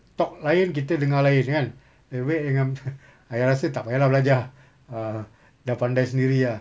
talk lain kita dengar lain kan baik baik jangan ayah rasa tak payah lah belajar err dah pandai sendiri ah